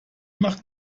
macht